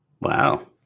Wow